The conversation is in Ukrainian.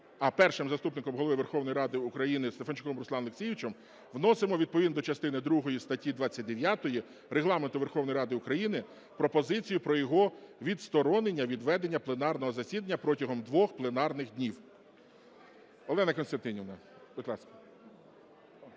Першим заступником Голови Верховної Ради України Стефанчуком Русланом Олексійовичем, вносимо відповідно до частини другої статті 29 Регламенту Верховної Ради України пропозицію про його відсторонення від ведення пленарного засідання протягом двох пленарних днів. Олена Костянтинівна, будь ласка.